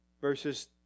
verses